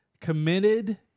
committed